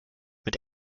mit